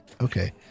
okay